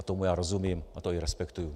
Tomu já rozumím a to i respektuji.